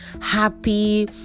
happy